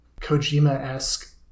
Kojima-esque